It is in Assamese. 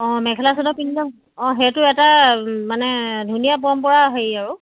অঁ মেখেলা চাদৰ পিন্ধি যাম অঁ সেইটো এটা মানে ধুনীয়া পৰম্পৰা হেৰি আৰু